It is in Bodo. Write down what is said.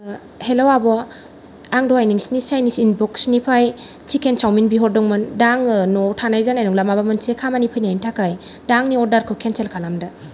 हेल' आब' आं दहाय नोंसिनि साइनिस इनबक्सनिफ्राय चिकेन चावमिन बिहरदोंमोन दा आङो न'आव थानाय जानाय नंला माबा मोनसे खामानि फैनायनि थाखाय दा आंनि अर्डारखौ केनसेल खालामदो